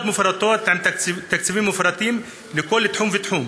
מפורטות עם תקציבים מפורטים לכל תחום ותחום,